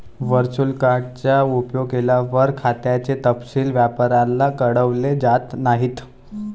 virtual card चा उपयोग केल्यावर, खात्याचे तपशील व्यापाऱ्याला कळवले जात नाहीत